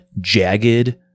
jagged